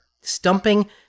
Stumping